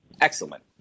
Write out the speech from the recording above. Excellent